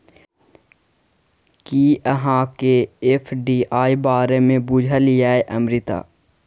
कि अहाँकेँ एफ.डी.आई बारे मे बुझल यै अमृता?